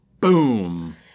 Boom